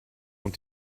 want